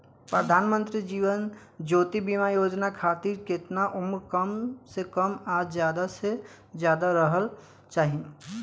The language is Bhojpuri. प्रधानमंत्री जीवन ज्योती बीमा योजना खातिर केतना उम्र कम से कम आ ज्यादा से ज्यादा रहल चाहि?